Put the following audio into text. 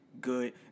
Good